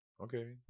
Okay